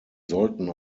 sollten